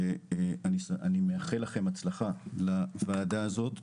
אני מאחל הצלחה לוועדה הזאת,